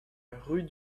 rue